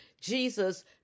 Jesus